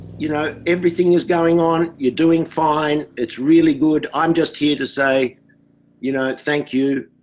you know everything is going on, you doing fine, it's really good, i'm just here to say you know it thank you,